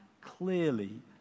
clearly